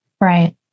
right